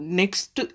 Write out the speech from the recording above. next